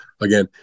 again